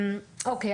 אוקי.